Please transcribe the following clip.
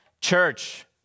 church